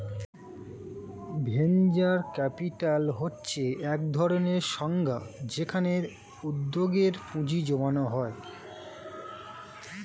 venture capital হচ্ছে একধরনের সংস্থা যেখানে উদ্যোগে পুঁজি জমানো হয়